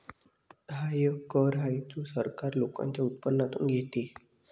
हा एक कर आहे जो सरकार लोकांच्या उत्पन्नातून घेते